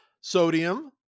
Sodium